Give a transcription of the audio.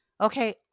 Okay